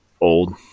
old